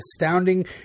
astounding